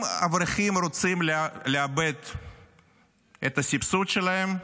אם אברכים לא רוצים לאבד את הסבסוד שלהם,